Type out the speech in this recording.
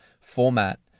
format